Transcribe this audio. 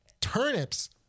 Turnips